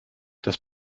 das